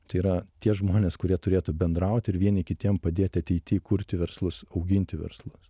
tai yra tie žmonės kurie turėtų bendrauti ir vieni kitiem padėti ateity kurti verslus auginti verslus